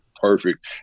perfect